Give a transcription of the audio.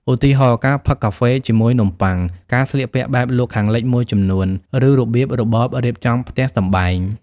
ឧទាហរណ៍ ការផឹកកាហ្វេជាមួយនំប៉័ង ការស្លៀកពាក់បែបលោកខាងលិចមួយចំនួន ឬរបៀបរបបរៀបចំផ្ទះសម្បែង។